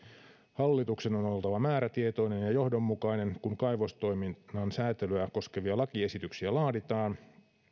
hallituksen on on oltava määrätietoinen ja johdonmukainen kun kaivostoiminnan säätelyä koskevia lakiesityksiä laaditaan